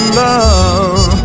love